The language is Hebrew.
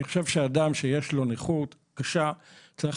אני חושב שאדם שיש לו נכות קשה צריך